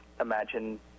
imagine